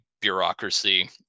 bureaucracy